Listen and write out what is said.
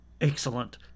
Excellent